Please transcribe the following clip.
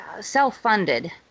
self-funded